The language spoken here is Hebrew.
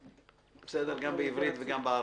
גם בעברית וגם בערבית.